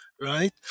Right